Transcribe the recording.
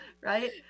right